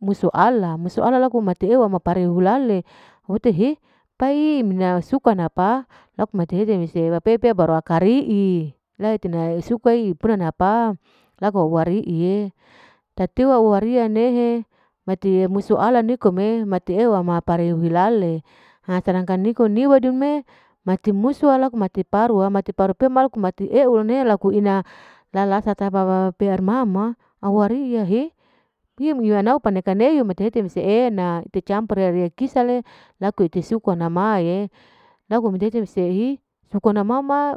musu ala. musu ala tara ela para hulale. wate hi tai'i mina sika napa laku mate hete mese wa pepe. wa kari'i la etina suka inapa laku arie tatiwa waria nehe mati muso ala nikome. mati ewa ma para hilale ha sedangkan niko niwedu me mati musua laku mati parua. mati pari pea laku mati aeuna laku ina lalasata papa paru wea mama hiwara ia he pi awara ria pi malanau paneka mate hete mise ena mete campur hisale laku mete sukua. wa mae laku mete hete mama ete campur ila kisle usu wanama ite suka wanama laku mete hite suku wanama'e